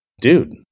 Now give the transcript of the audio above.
dude